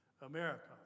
America